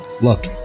Look